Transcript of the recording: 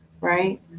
right